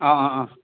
अँ अँ अँ